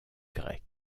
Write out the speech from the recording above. grec